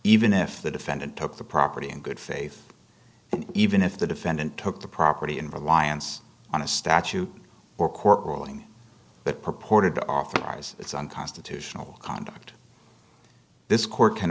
even if the defendant took the property in good faith even if the defendant took the property in reliance on a statute or court ruling that purported to offer lies it's unconstitutional conduct this court can